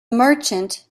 merchant